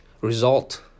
result